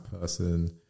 person